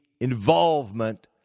involvement